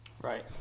Right